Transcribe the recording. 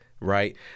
right